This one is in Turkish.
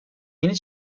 yeni